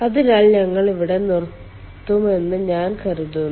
അതിനാൽ ഞങ്ങൾ ഇവിടെ നിർത്തുമെന്ന് ഞാൻ കരുതുന്നു